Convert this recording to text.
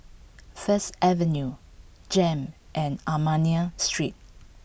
First Avenue J E M and Armenian Street